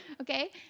Okay